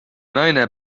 naine